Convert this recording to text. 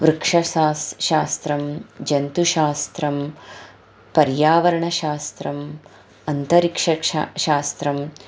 वृक्षशास्त्रं शास्त्रं जन्तुशास्त्रं पर्यावरणशास्त्रम् अन्तरिक्षा क्षा शास्त्रम्